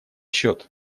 счет